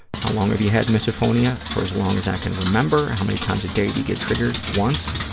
how long have you had misophonia? for as long as i can remember. how many times a day do you get triggered? once.